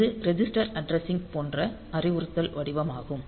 இது register addressing போன்ற அறிவுறுத்தல் வடிவமாகும்